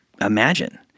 imagine